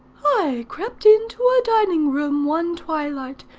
i crept into a dining-room, one twilight,